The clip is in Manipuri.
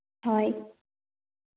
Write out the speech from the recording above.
ꯍꯣꯏ